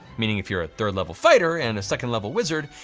meaning if you're a third level fighter and a second level wizard,